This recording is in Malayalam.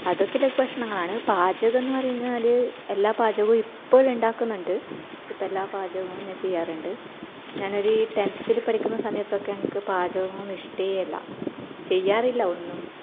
അതൊക്കെ ലഘുഭക്ഷണങ്ങളാണ് പാചകമെന്ന് പറഞ്ഞാല് എല്ലാ പാചകവും ഇപ്പോഴുണ്ടാക്കുന്നുണ്ട് ഇപ്പം എല്ലാ പാചകങ്ങളും ഞാൻ ചെയ്യാറുണ്ട് ഞാൻ ഒരു ടെൻത്തില് പഠിക്കുന്ന സമയത്തൊക്കെ എനിക്ക് പാചകമെന്നത് ഇഷ്ടമേ അല്ല ചെയ്യാറില്ല ഒന്നും